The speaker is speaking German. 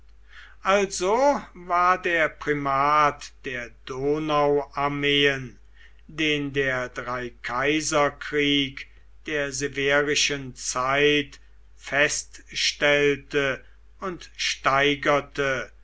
also war der primat der donauarmeen den der dreikaiserkrieg der severischen zeit feststellte und steigerte